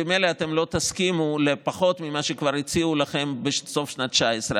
ממילא לא תסכימו לפחות ממה שכבר הציעו לכם בסוף שנת 2019,